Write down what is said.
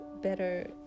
better